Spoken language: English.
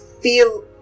feel